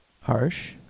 Harsh